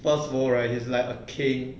first world right is like a king